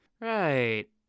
Right